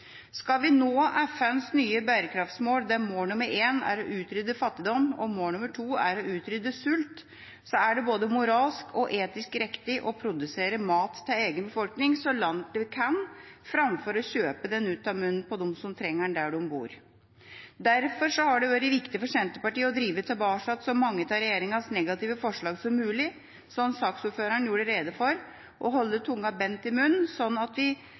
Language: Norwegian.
Skal vi nå FNs nye bærekraftsmål, der mål nummer én er å utrydde fattigdom, og mål nummer to er å utrydde sult, er det både moralsk og etisk riktig å produsere mat til egen befolkning så langt vi kan, framfor å kjøpe den ut av munnen på dem som trenger den der de bor. Derfor har det vært viktig for Senterpartiet å drive tilbake igjen så mange av regjeringens negative forslag som mulig, som saksordføreren gjorde rede for, og holde tunga beint i munnen, sånn at vi